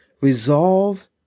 Resolve